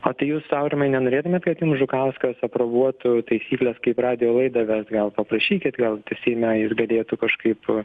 a tai jūs aurimai nenorėtumėt kad jums žukauskas aprobuotų taisykles kaip radijo laidą vest gal paprašykit gal seime jis galėtų kažkaip